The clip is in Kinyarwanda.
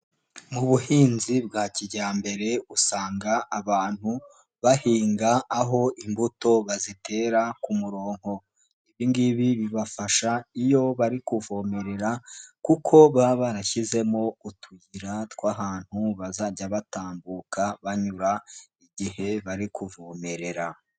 Mu buhinzi bwa kijyambere usanga abantu, bahinga aho imbuto bazitera ku murongo. Ibi ngibi bibafasha iyo bari kuvomerera kuko baba barashyizemo utuyira tw'ahantu bazajya batambuka, banyura igihe bari kuvomerera.